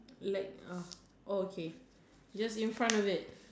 like oh okay just in front of it